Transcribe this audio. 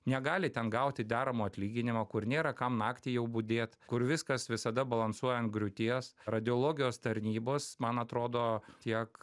negali ten gauti deramo atlyginimo kur nėra kam naktį jau budėt kur viskas visada balansuoja ant griūties radiologijos tarnybos man atrodo tiek